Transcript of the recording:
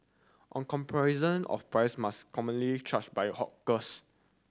on comparison of price must commonly charged by a hawkers